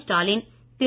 Stalin Thiru